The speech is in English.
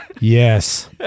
Yes